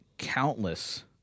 Countless